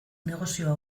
negozioa